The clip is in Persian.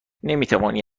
نمیتوانی